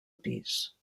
pis